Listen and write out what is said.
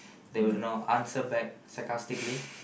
they will you know answer back sarcastically